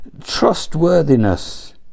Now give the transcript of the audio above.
trustworthiness